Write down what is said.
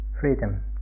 freedom